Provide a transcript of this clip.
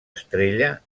estrella